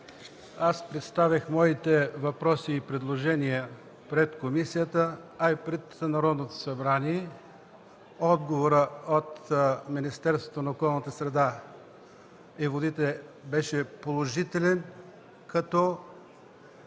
Аз представих моите въпроси и предложения пред комисията, а и пред Народното събрание. Отговорът от Министерството на околната среда и водите беше положителен, като